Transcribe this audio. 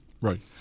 Right